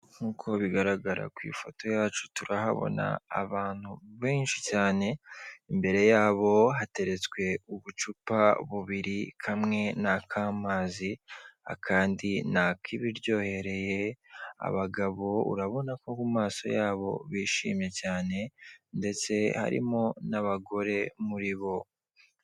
Nk'uko bigaragara ku ifoto yacu turahabona abantu benshi cyane imbere yabo hateretswe ubucupa bubiri kamwe n'amazi akandi nakibiryohereye abagabo urabona ko mu maso yabo bishimye cyane ndetse harimo n'abagore muri bo.